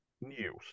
news